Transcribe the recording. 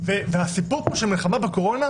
הסיפור פה של המלחמה בקורונה,